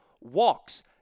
walks